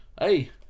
hey